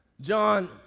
John